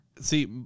See